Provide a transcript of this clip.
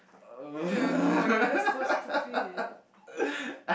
ugh